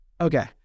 okay